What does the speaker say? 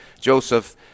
Joseph